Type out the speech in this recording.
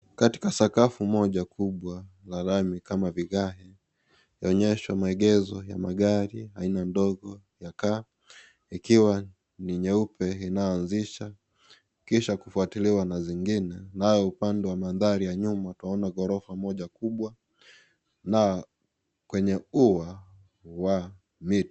Katika sakafu moja kubwa la lami kama vigae, tunaonyeshwa maegesho ya magari aina ndogo ya car ikiwa ni nyeupe inayozisha, .Kisha kufuatiliwa na zingine. Lau upande wa manthari ya nyuma twaona ghorofa moja kubwa, na kwenye ua wa miti.